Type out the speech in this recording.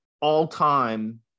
all-time